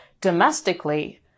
domestically